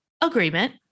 agreement